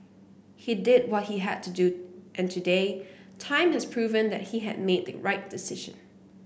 he did what he had to do and today time has proven that he had made the right decision